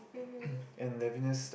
mmhmm